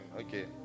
Okay